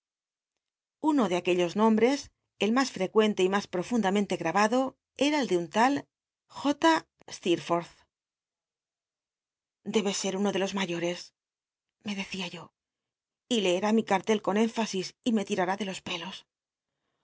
uno de aquellos nombres el mas frecuente y mas profundamente grabado era el de un tal j ste debe ser uno ele los mayores me decia yo y leci'lí mi cartel con énfasis y me tirará de los pelos